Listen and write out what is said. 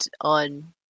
on